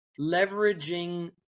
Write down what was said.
leveraging